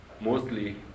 mostly